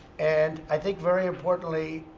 and i think, very importantly,